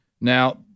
Now